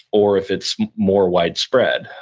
or if it's more widespread,